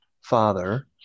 father